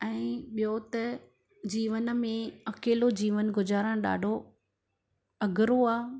ऐं ॿियों त जीवन में अकेलो जीवन गुज़ारनि ॾाढो अगरो आ